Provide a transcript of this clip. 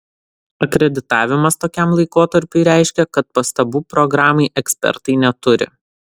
akreditavimas tokiam laikotarpiui reiškia kad pastabų programai ekspertai neturi